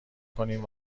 کنیم